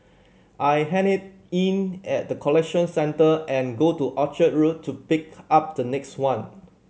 I hand it in at the collection centre and go to Orchard Road to pick up the next one